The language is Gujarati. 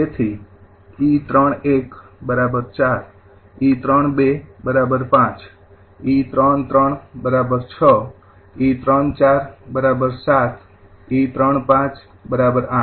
તેથી 𝑒૩૧૪ 𝑒૩૨ ૫ 𝑒૩૩૬ 𝑒૩૪૭ 𝑒૩૫૮